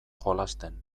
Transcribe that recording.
jolasten